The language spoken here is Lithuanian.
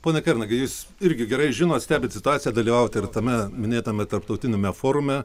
pone kernagi jūs irgi gerai žinot stebit situaciją dalyvavot ir tame minėtame tarptautiniame forume